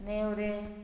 नेवरें